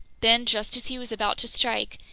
then, just as he was about to strike,